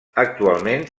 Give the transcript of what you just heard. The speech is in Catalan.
actualment